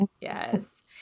Yes